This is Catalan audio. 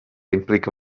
implica